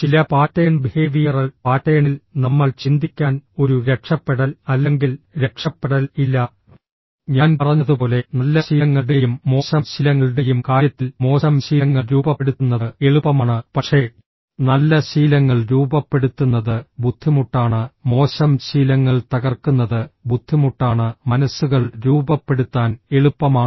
ചില pattern behavioural പാറ്റേണിൽ നമ്മൾ ചിന്തിക്കാൻ ഒരു രക്ഷപ്പെടൽ അല്ലെങ്കിൽ രക്ഷപ്പെടൽ ഇല്ല ഞാൻ പറഞ്ഞതുപോലെ നല്ല ശീലങ്ങളുടെയും മോശം ശീലങ്ങളുടെയും കാര്യത്തിൽ മോശം ശീലങ്ങൾ രൂപപ്പെടുത്തുന്നത് എളുപ്പമാണ് പക്ഷേ നല്ല ശീലങ്ങൾ രൂപപ്പെടുത്തുന്നത് ബുദ്ധിമുട്ടാണ് മോശം ശീലങ്ങൾ തകർക്കുന്നത് ബുദ്ധിമുട്ടാണ് മനസ്സുകൾ രൂപപ്പെടുത്താൻ എളുപ്പമാണ്